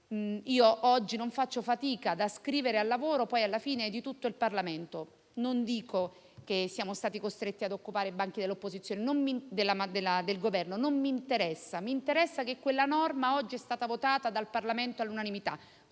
che non faccio fatica ad ascrivere al lavoro di tutto il Parlamento; non dico che siamo stati costretti a occupare i banchi del Governo, non mi interessa. Mi interessa che quella norma oggi è stata votata dal Parlamento all'unanimità,